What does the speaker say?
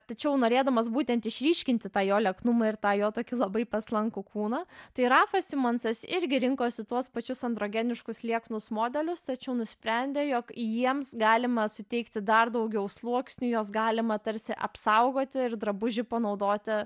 tačiau norėdamas būtent išryškinti tą jo lieknumą ir tą jo tokį labai paslankų kūną tai rafas simonsas irgi rinkosi tuos pačius androginiškus lieknus modelius tačiau nusprendė jog jiems galima suteikti dar daugiau sluoksnių juos galima tarsi apsaugoti ir drabužį panaudoti